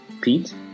Pete